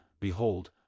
Behold